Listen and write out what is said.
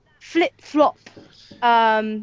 flip-flop